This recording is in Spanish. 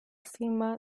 cima